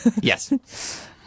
Yes